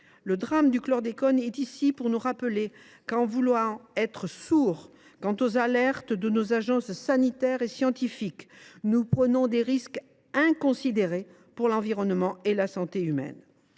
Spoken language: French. Le drame du chlordécone vient nous rappeler qu’en voulant être sourds aux alertes de nos agences sanitaires et scientifiques, nous prenons des risques inconsidérés pour l’environnement et la santé humaine.